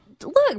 look